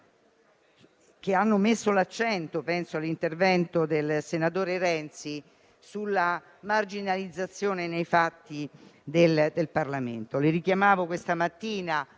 che hanno messo l'accento - penso all'intervento del senatore Renzi - sulla marginalizzazione, nei fatti, del Parlamento;